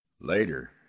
Later